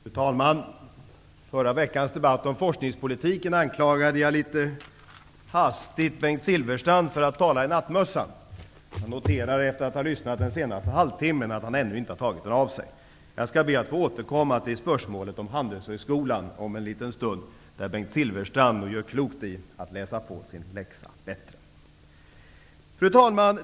Fru talman! I förra veckans debatt om forskningspolitiken anklagade jag litet hastigt Bengt Silfverstrand för att tala i nattmössan. Jag noterar efter att ha lyssnat till debatten under den senaste halvtimmen att han ännu inte har tagit den av sig. Jag skall be att få återkomma till spörsmålet om Handelshögskolan om en liten stund, och Bengt Silfverstrand gör i det sammanhanget nog klokt i att läsa på sin läxa bättre. Fru talman!